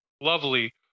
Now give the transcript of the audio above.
lovely